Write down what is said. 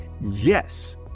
yes